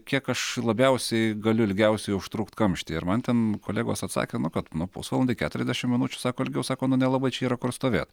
kiek aš labiausiai galiu ilgiausiai užtrukt kamštyje ir man ten kolegos atsakė nu kad nu pusvalandį keturiasdešim minučių sako ilgiau sako nu nelabai čia yra kur stovėt